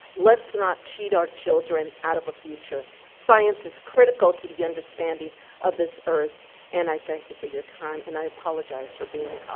let's not cheat our children out of a future. science is critical to the understanding of this earth and i thank you for your time and i apologize for being,